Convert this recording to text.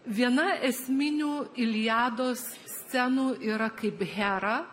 viena esminių iljados scenų yra kaip hera